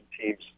teams